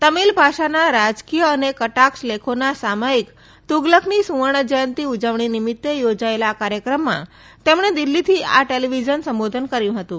તમીલ ભાષાના રાજકીય અને કટાક્ષ લેખોના સામયિક તુઘલકની સુવર્ણ જયંતી ઉજવણી નિમિત્તે યોજાયેલા આ કાર્યક્રમમાં તેમણે દિલ્હીથી આ ટેલીવીઝન સંબોધન કર્યુ હતું